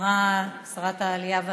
שרת העלייה והקליטה,